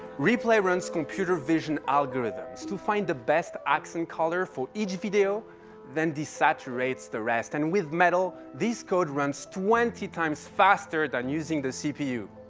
replay runs computer vision algorithms to find the best accent color for each video then desaturates the rest. and with metal, this code runs twenty times faster than using the cpu.